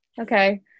Okay